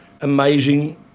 amazing